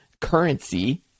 currency